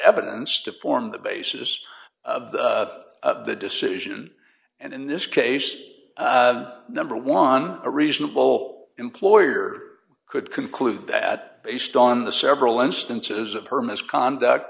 evidence to form the basis of the decision and in this case number one a reasonable employer could conclude that based on the several instances of her misconduct